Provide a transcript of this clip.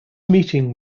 meeting